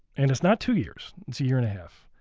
and it's not two years, it's a year and a half.